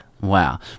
wow